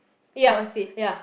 for a seat